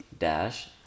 dash